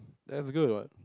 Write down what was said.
that's good what